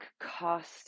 cost